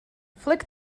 flick